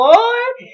Lord